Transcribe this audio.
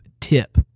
tip